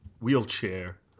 wheelchair